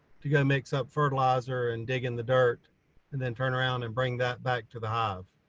to go mix up fertilizer and dig in the dirt and then turn around and bring that back to the hive.